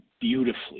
beautifully